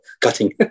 cutting